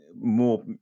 more